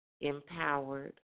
Empowered